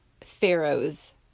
Pharaoh's